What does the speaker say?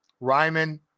Ryman